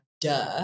duh